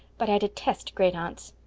but i detest great-aunts.